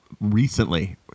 recently